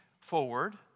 forward